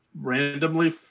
randomly